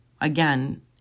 again